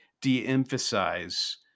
de-emphasize